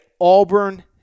Auburn